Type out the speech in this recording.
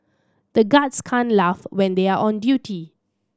the guards can't laugh when they are on duty